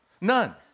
None